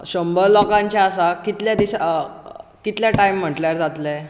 शंबर लोकांचें आसा कितल्या दिसा कितल्या टायम म्हटल्यार जातलें